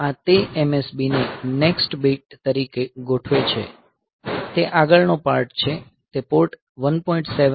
આ તે MSB ને નેક્સ્ટ બીટ તરીકે ગોઠવે છે તે આગળ નો પાર્ટ છે તે પોર્ટ 1